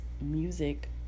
music